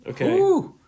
Okay